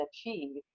achieve